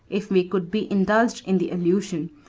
if we could be indulged in the allusion,